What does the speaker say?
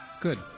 Good